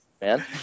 man